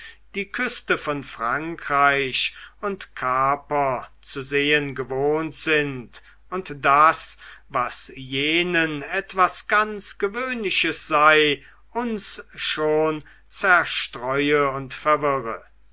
die küste von frankreich und kaper zu sehen gewohnt sind und daß was jenen etwas ganz gewöhnliches sei uns schon zerstreue und verwirre